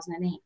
2008